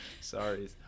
Sorry